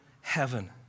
heaven